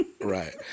right